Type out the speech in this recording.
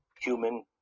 human